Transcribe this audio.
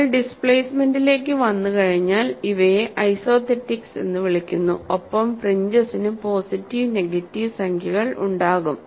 നിങ്ങൾ ഡിസ്പ്ലേസ്മെന്റ്ന്റിലേക്കു വന്നുകഴിഞ്ഞാൽ ഇവയെ ഐസോതെറ്റിക്സ് എന്ന് വിളിക്കുന്നു ഒപ്പം ഫ്രിഞ്ചെസിനു പോസിറ്റീവ് നെഗറ്റീവ് സംഖ്യകൾ ഉണ്ടാകും